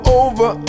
over